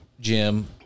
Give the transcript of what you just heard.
Jim